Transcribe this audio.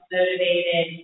Motivated